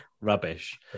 rubbish